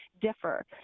differ